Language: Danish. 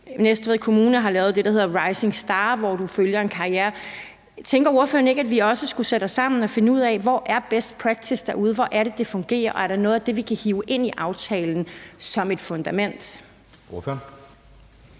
Næstved Kommune har lavet det, der hedder rising star, hvor du følger en karriere. Tænker ordføreren ikke, at vi også skulle sætte os sammen og finde ud af, hvor best practice er derude? Hvor er det, det fungerer, og er der noget af det, vi kan hive ind i aftalen som et fundament?